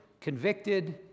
convicted